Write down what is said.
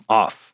off